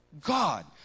God